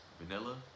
Vanilla